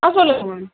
ஆ சொல்லுங்கள் மேம்